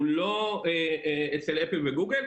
הוא לא אצל אפל וגוגל,